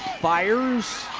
fires.